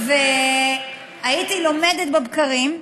הייתי לומדת בבקרים,